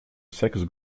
saxe